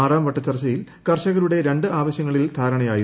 ആറാംവട്ട ചർച്ചയിൽ കർഷകരുടെ രണ്ട് ആവശ്യങ്ങളിൽ ധാരണയായിരുന്നു